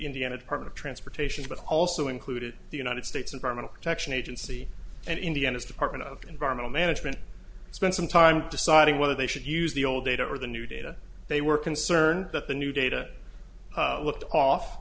indiana department of transportation but also included the united states environmental protection agency and indiana's department of environmental management spent some time deciding whether they should use the old data or the new data they were concerned that the new data looked off